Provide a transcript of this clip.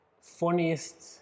funniest